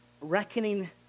reckoning